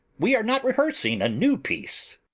we are not rehearsing a new piece.